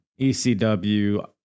ECW